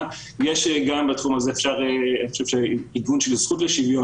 אני רוצה להציע שדווקא בכהונה הנוכחית של הממשלה ובהרכב הקואליציוני